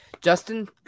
Justin